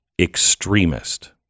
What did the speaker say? extremist